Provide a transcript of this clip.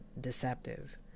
deceptive